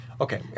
Okay